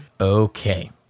okay